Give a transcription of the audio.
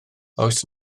oes